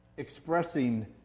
expressing